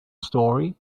story